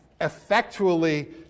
effectually